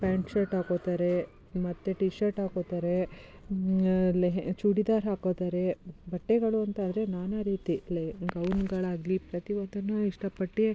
pant shirt ಹಾಕ್ಕೊತಾರೆ ಮತ್ತು T shirt ಹಾಕ್ಕೊತಾರೆ ಲೆಹೆ ಚೂಡಿದಾರ್ ಹಾಕ್ಕೊತಾರೆ ಬಟ್ಟೆಗಳು ಅಂತಂದರೆ ನಾನಾ ರೀತಿ ಲೆ ಗೌನುಗಳಾಗಲೀ ಪ್ರತಿ ಒಂದನ್ನು ಇಷ್ಟಪಟ್ಟು